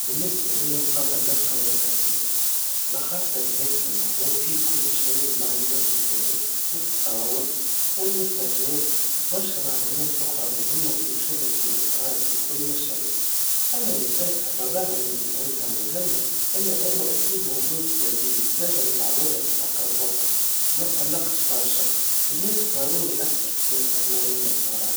بالنسبا ليا نفضل نفقد مفاتيحي, على خاطر الهاتف المحمول فيه كل شي من معلومات متاعي, والتصاور, والرسايل, وبرشا معلومات أخرى مهمة وفي خدمتي, قرايتي وكل ما شي, أما المفاتح, بالرغم من إنها مهمة, إلا إنه أكيد موجود بديل تنجم تعوضها في أقرب وقت, وما تقلقش برشا, الهاتف ضروري أكثر في حياتنا اليوميا بصراحا.